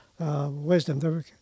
wisdom